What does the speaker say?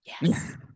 Yes